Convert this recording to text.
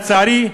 לצערי,